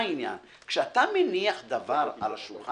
כשאתה מניח דבר על השולחן,